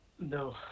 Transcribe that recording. No